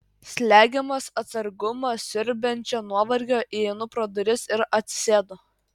slegiamas atsargumą siurbiančio nuovargio įeinu pro duris ir atsisėdu